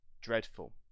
dreadful